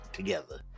together